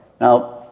Now